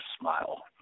smile